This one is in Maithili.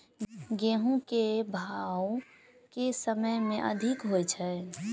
गेंहूँ केँ भाउ केँ समय मे अधिक होइ छै?